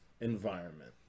environment